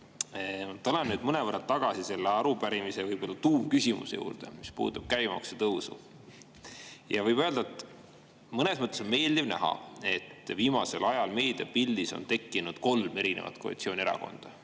Tulen mõnevõrra tagasi selle arupärimise võib-olla tuumküsimuse juurde, mis puudutab käibemaksu tõusu. Võib öelda, et mõnes mõttes on meeldiv näha, et viimasel ajal meediapildis on tekkinud kolm erinevat koalitsioonierakonda.